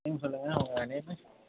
name சொல்லுங்கள் உங்கள் name